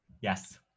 Yes